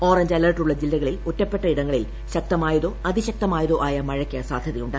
orange അലർട്ടുള്ള ജില്ലകളിൽ ഒറ്റപ്പെട്ടയിടങ്ങളിൽ ശക്തമായതോ അതിശക്തമായതോ ആയ മഴയ്ക്ക് സാധ്യതയുണ്ട്